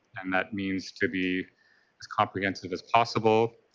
and that means to be as comprehensive as possible,